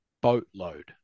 boatload